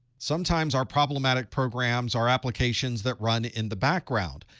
sometimes, our problematic programs are applications that run in the background.